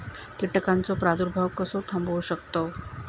कीटकांचो प्रादुर्भाव कसो थांबवू शकतव?